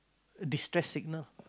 distress signal